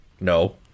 No